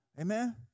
Amen